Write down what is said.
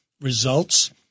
results